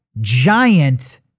giant